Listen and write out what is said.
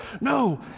No